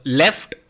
left